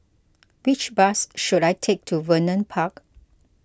which bus should I take to Vernon Park